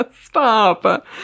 stop